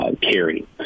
carry